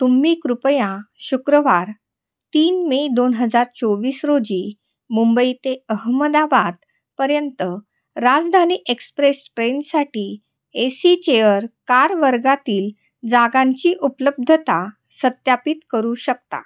तुम्ही कृपया शुक्रवार तीन मे दोन हजार चोवीस रोजी मुंबई ते अहमदाबादपर्यंत राजधानी एक्सप्रेस ट्रेनसाठी ए सी चेअर कार वर्गातील जागांची उपलब्धता सत्यापित करू शकता